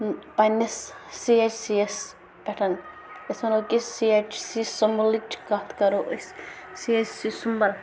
پنٛنِس C H C یَس پٮ۪ٹھ أسۍ وَنو کہِ سی اٮ۪چ سی سُمبلٕچ کَتھ کَرو أسۍ سی اٮ۪چ سی سُمبَل